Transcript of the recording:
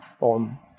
on